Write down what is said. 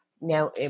Now